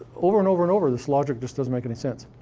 over and over and over, this logic just doesn't make any sense.